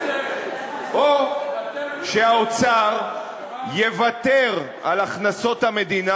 או שהאוצר יוותר על הכנסות המדינה,